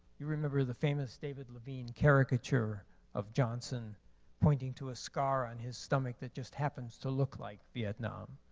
you remember the famous david levine caricature of johnson pointing to a scar on his stomach that just happens to look like vietnam.